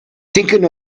thinking